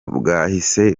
bwahise